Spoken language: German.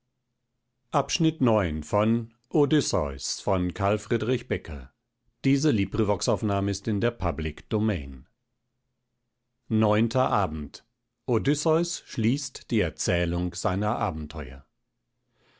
okeanos entgegen odysseus schließt die erzählung seiner abenteuer